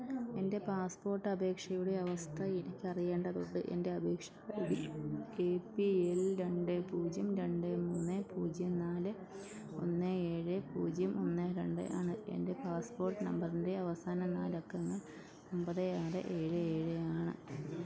എൻ്റെ പാസ്പോട്ടപേക്ഷയുടെ അവസ്ഥ എനിക്ക് അറിയേണ്ടതുണ്ട് എൻ്റെ അപേക്ഷാ I D A P L രണ്ട് പൂജ്യം രണ്ട് മൂന്ന് പൂജ്യം നാല് ഒന്ന് ഏഴ് പൂജ്യം ഒന്ന് രണ്ട് ആണ് എൻ്റെ പാസ്പോട്ട് നമ്പറിൻ്റെ അവസാന നാലക്കങ്ങൾ ഒൻപത് ആറ് ഏഴ് ഏഴ് ആണ്